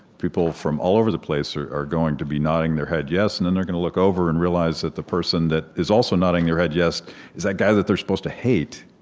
people from all over the place are are going to be nodding their head yes, and then they're gonna look over and realize that the person that is also nodding their head yes is that guy that they're supposed to hate.